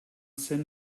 zen